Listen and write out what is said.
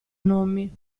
nomi